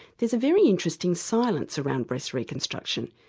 there's a very interesting silence around breast reconstruction,